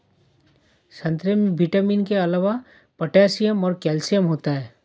संतरे में विटामिन के अलावा पोटैशियम और कैल्शियम होता है